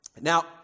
Now